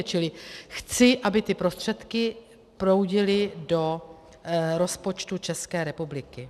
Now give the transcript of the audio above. Čili chci, aby ty prostředky proudily do rozpočtu České republiky.